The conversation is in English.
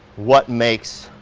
what makes.